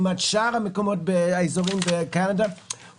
לעומת שאר האזורים בקנדה,